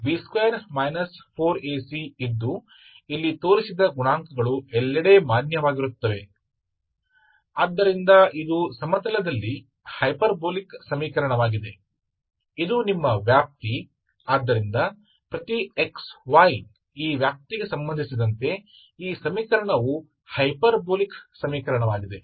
तो इसका मतलब है कि हमने जो सीखा वह हाइपरबोलिकसमीकरण है इसलिए समीकरण हाइपरबोलिक है